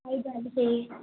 side वाली चाहिए